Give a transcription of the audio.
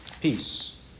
peace